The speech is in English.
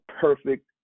perfect